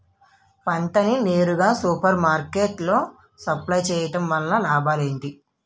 పంట ని నేరుగా సూపర్ మార్కెట్ లో సప్లై చేయటం వలన లాభం ఏంటి?